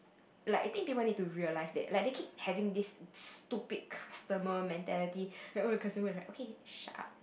like I think people need to realise that like they keep having this stupid customer mentality like oh customer is right okay shut up